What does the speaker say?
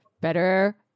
better